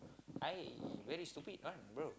I very stupid one bro